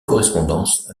correspondance